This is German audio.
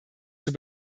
zur